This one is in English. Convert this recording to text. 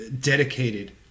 dedicated